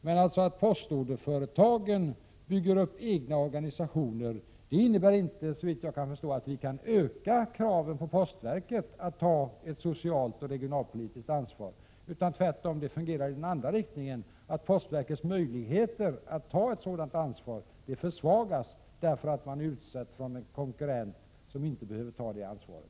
Men att postorderföretagen bygger upp egna organisationer innebär inte, såvitt jag förstår, att vi kan öka kraven på postverket att ta ett socialt och regionalpolitiskt ansvar, utan tvärtom verkar det i den andra riktningen, så att postverkets möjligheter att ta ett sådant ansvar försvagas, därför att man är utsatt för en konkurrens från företag som inte behöver ta motsvarande ansvar.